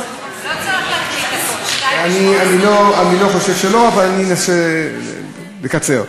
הגיעו, אני חושב שלא, אבל ננסה לקצר.